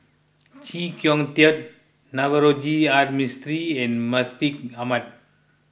Chee Kong Tet Navroji R Mistri and Mustaq Ahmad